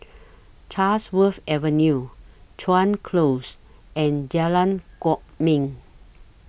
Chatsworth Avenue Chuan Close and Jalan Kwok Min